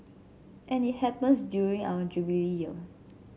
and it happens during our Jubilee Year